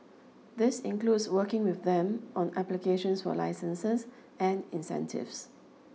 this includes working with them on applications for licenses and incentives